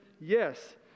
yes